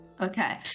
Okay